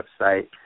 website